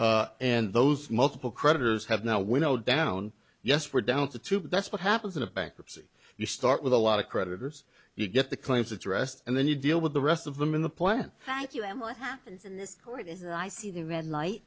and those multiple creditors have now we know down yes we're down to two that's what happens in a bankruptcy you start with a lot of creditors you get the claims addressed and then you deal with the rest of them in the plan thank you and what happens in this court is that i see the red light